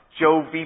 Joe